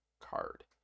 card